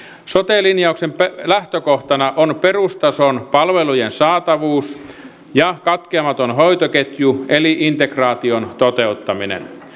sote linjausten lähtökohtana on perustason palvelujen saatavuus ja katkeamaton hoitoketju eli integraation toteuttaminen